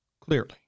clearly